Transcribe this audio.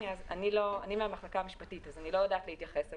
אני מהמחלקה המשפטית אז אני לא יודעת להתייחס לזה,